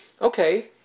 Okay